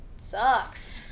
Sucks